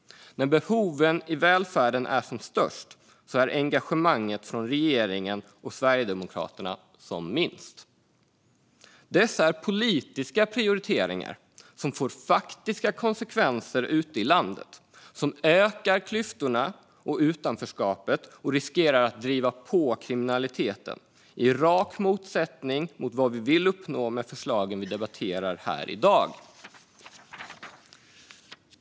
När behoven i välfärden är som störst är engagemanget från regeringen och Sverigedemokraterna som minst. Dessa är politiska prioriteringar som får faktiska konsekvenser ute i landet, som ökar klyftorna och utanförskapet och riskerar att driva på kriminaliteten i rakt motsatt riktning mot vad vi vill uppnå med förslagen vi debatterar här i dag.